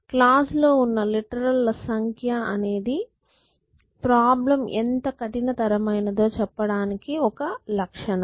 clause లో ఉన్న literal ల సంఖ్య అనేది ప్రాబ్లెమ్ ఎంత కఠినతరమైనదో చెప్పడానికి ఒక లక్షణం